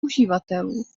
uživatelů